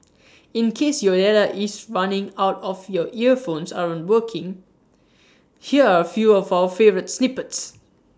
in case your data is running out or your earphones aren't working here are A few of our favourite snippets